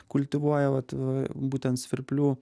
kultivuoja vat būtent svirplių